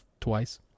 twice